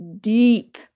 deep